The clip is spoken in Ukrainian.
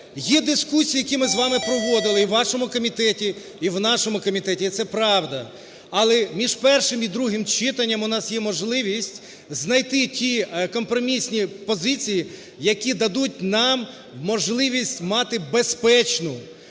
є дискусії, які ми з вами проводили і в вашому комітеті, і в нашому комітеті, і це правда. Але між першим і другим читанням у нас є можливість знайти ті компромісні позиції, які дадуть нам можливість мати безпечну